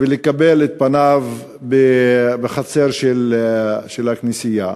ולקבל את פניו בחצר של הכנסייה.